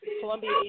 Columbia